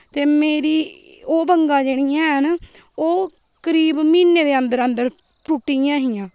ते मेरी ओह् बंगा जेह्ड़ियां न ओह् करीब म्हीने दे अंदर अंदर टूटीयां हियां पर